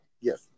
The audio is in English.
Yes